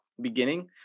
beginning